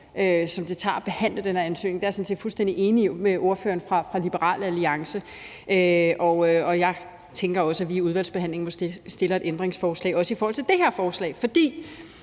som der er ved at behandle den her ansøgning. Der er jeg sådan set fuldstændig enig med ordføreren for Liberal Alliance, og jeg tænker også, at vi i udvalgsbehandlingen stiller et ændringsforslag, også i forhold til det her forslag. For